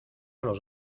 los